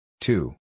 Two